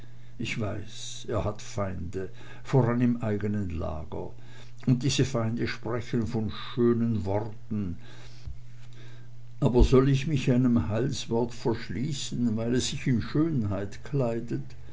ich weiß er hat feinde voran im eignen lager und diese feinde sprechen von schönen worten aber soll ich mich einem heilswort verschließen weil es sich in schönheit kleidet